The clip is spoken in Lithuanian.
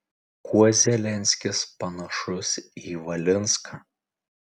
kuo zelenskis panašus į valinską